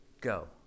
go